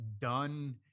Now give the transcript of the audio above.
done